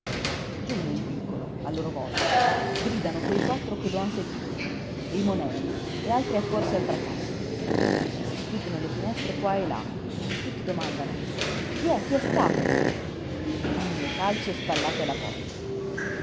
giú nel vicolo a loro volta gridano quei quattro che lo han seguito e i monelli e altri accorsi al fracasso e si schiudono le finestre qua e là e tutti domandano chi è che è stato e pugni e calci e spallate alla porta